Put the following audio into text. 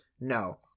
No